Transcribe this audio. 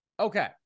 Okay